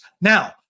Now